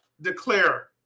declare